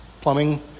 plumbing